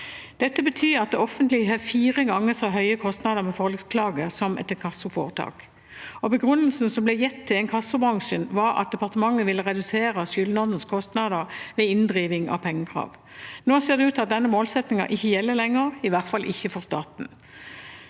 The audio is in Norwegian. Dette betyr at det offentlige har fire ganger så høye kostnader med forliksklage som et inkassoforetak. Begrunnelsen som ble gitt til inkassobransjen, var at departementet ville redusere skyldnernes kostnader ved inndriving av pengekrav. Nå ser det ut til at den målsettingen ikke gjelder lenger, i hvert fall ikke for staten.